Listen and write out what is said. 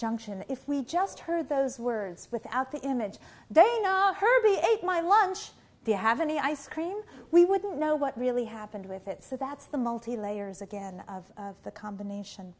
junction if we just heard those words without the image they know herby ate my lunch to have any ice cream we wouldn't know what really happened with it so that's the multi layers again of the combination